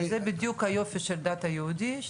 זה בדיוק היופי של הדת היהודית.